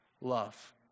love